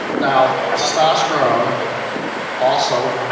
now testosterone also